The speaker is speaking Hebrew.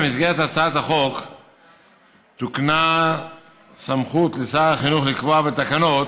במסגרת הצעת החוק תוקנה סמכות לשר החינוך לקבוע בתקנות